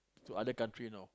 to other country know